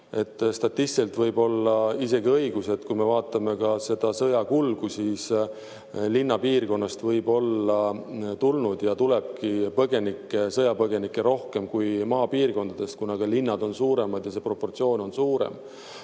statistiliselt võib olla isegi õigus, kui me vaatame seda sõja kulgu, et linnapiirkonnast võib olla tulnud ja tulebki põgenikke, sõjapõgenikke, rohkem kui maapiirkondadest, kuna linnad on suuremad ja see proportsioon on suurem.